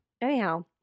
Anyhow